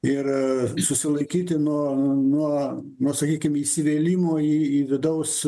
ir susilaikyti nuo nuo nu sakykim įsivėlimo į į vidaus